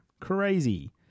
Crazy